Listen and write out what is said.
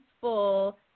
full